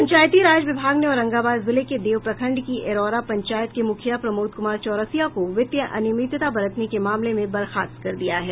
पंचायती राज विभाग ने औरंगाबाद जिले के देव प्रखंड की एरौरा पंचायत के मुखिया प्रमोद कुमार चौरसिया को वित्तीय अनियमितता बरतने के मामले में बर्खास्त कर दिया है